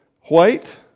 white